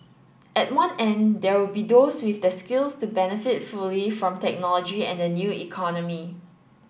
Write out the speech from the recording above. at one end there will be those with the skills to benefit fully from technology and the new economy